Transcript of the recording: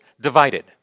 divided